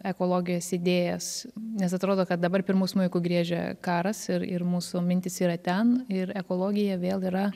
ekologijos idėjas nes atrodo kad dabar pirmu smuiku griežia karas ir ir mūsų mintys yra ten ir ekologija vėl yra